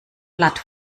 blatt